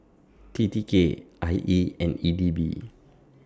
T T K I E and E D B